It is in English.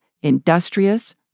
industrious